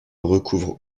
recouvre